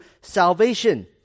salvation